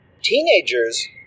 teenagers